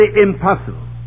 impossible